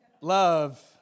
love